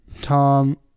Tom